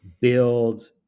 build